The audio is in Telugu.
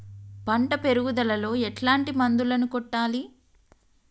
పంట పెరుగుదలలో ఎట్లాంటి మందులను కొట్టాలి?